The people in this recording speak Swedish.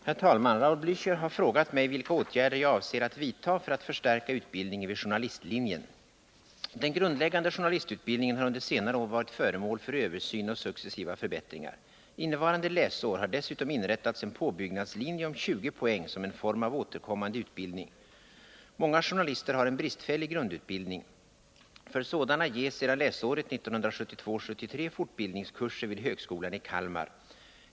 Herr talman! Raul Blächer har frågat mig vilka åtgärder jag avser att vidta för att förstärka utbildningen vid journalistlinjen. Den grundläggande journalistutbildningen har under senare år varit föremål för översyn och successiva förbättringar. Innevarande läsår har dessutom inrättats en påbyggnadslinje om 20 poäng som en form av återkommande utbildning. Många journalister har en bristfällig grundutbildning. För sådana ges sedan läsåret 1972/73 fortbildningskurser vid högskolan i Kalmar.